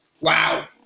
Wow